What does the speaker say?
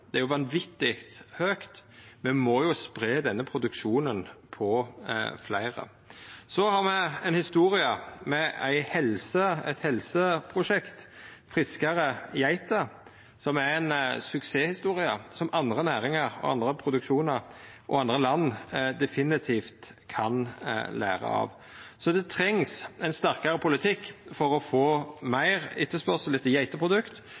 Det er vanvitig høgt. Me må spreia denne produksjonen på fleire. Me har òg eit helseprosjekt, Friskere geiter, som er ei suksesshistorie, som andre næringar, andre produksjonar og andre land definitivt kan læra av. Det trengst difor ein sterkare politikk for å få meir etterspurnad etter geiteprodukt,